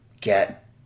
get